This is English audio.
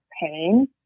pain